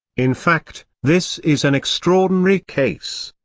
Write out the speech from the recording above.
in fact, this is an extraordinary case.